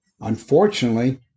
Unfortunately